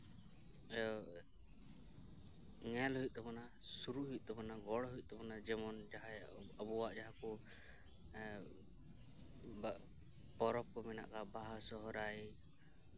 ᱤᱭᱟᱹ ᱧᱮᱞ ᱦᱩᱭᱩᱜ ᱛᱟᱵᱚᱱᱟ ᱥᱩᱨᱩᱜ ᱦᱩᱭᱩᱜ ᱛᱟᱵᱚᱱᱟ ᱜᱚᱲᱚ ᱦᱩᱭᱩᱜ ᱛᱟᱵᱚᱱᱟ ᱡᱮᱢᱚᱱ ᱟᱵᱚᱣᱟᱜ ᱡᱟᱦᱟᱸ ᱠᱚ ᱯᱚᱨᱚᱵᱽ ᱠᱚ ᱢᱮᱱᱟᱜᱼᱟ ᱵᱟᱦᱟ ᱥᱚᱨᱦᱟᱭ